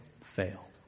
fail